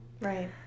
Right